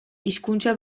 hizkuntza